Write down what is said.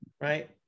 right